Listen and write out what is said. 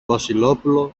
βασιλόπουλο